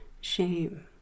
shame